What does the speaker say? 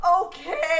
Okay